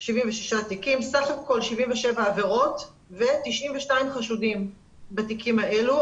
סך הכול 77 עבירות ו-92 חשודים בתיקים האלו.